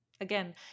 Again